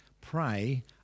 pray